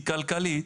כי כלכלית,